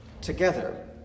together